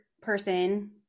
person